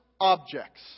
objects